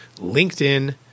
LinkedIn